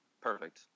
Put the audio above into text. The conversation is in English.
perfect